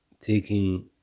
taking